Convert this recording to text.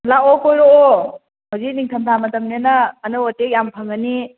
ꯂꯥꯛꯑꯣ ꯀꯣꯏꯔꯛꯑꯣ ꯍꯧꯖꯤꯛ ꯅꯤꯡꯊꯝꯊꯥ ꯃꯇꯝꯅꯤꯅ ꯑꯅꯧ ꯑꯇꯦꯛ ꯌꯥꯝ ꯐꯪꯉꯅꯤ